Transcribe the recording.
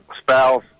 spouse